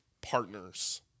partners